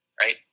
Right